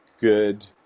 good